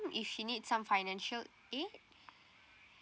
if she need some financial aid